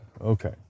Okay